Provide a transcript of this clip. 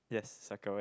yes circle it